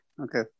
Okay